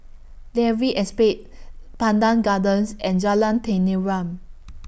Dalvey Estate Pandan Gardens and Jalan Tenteram